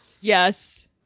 Yes